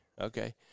Okay